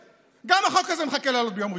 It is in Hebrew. גם החוק הזה מחכה לעלות ביום ראשון.